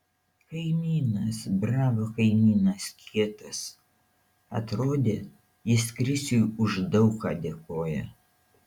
kaimynas bravo kaimynas kietas atrodė jis krisiui už daug ką dėkoja